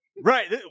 Right